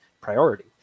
Priority